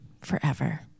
forever